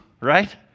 right